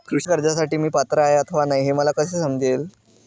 कृषी कर्जासाठी मी पात्र आहे अथवा नाही, हे मला कसे समजेल?